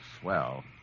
swell